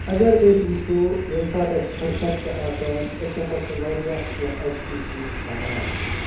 اَگر أسۍ وٕچھو ییٚمہِ ساتہٕ اَسہِ فٔرست چھِ آسان أسۍ ہسا چھِ واریاہ کیٚنہہ اٮ۪کٹِوٹیٖز کران